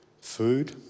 food